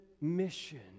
mission